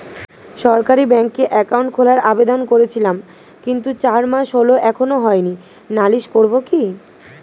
সরকারি ব্যাংকে একাউন্ট খোলার আবেদন করেছিলাম কিন্তু চার মাস হল এখনো হয়নি নালিশ করব কি?